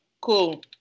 Cool